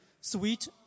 Sweet